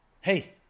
hey